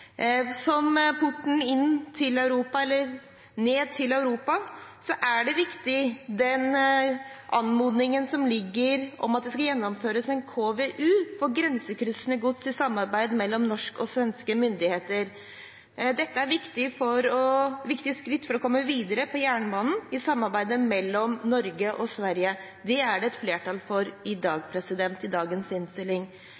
Som porten ned til Europa er den viktig, den anmodningen som ligger om at det skal gjennomføres en konseptvalgutredning på grensekryssende gods i samarbeid mellom norske og svenske myndigheter. Dette er viktige skritt for å komme videre på jernbanen i samarbeidet mellom Norge og Sverige, og det er det et flertall for i